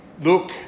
look